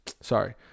sorry